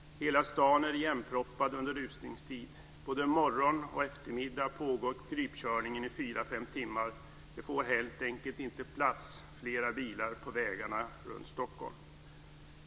Hela stan är igenproppad under rusningstid. Både morgon och eftermiddag pågår krypkörningen i fyra fem timmar. Det får helt enkelt inte plats fler bilar på vägarna runt Stockholm.